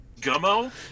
Gummo